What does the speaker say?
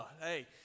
hey